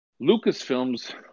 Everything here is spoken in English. Lucasfilm's